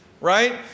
Right